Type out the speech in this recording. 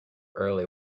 early